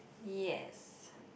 yes